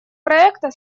проекта